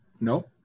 No